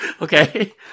Okay